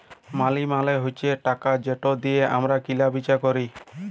মালি মালে হছে টাকা যেট দিঁয়ে আমরা কিলা বিচা ক্যরি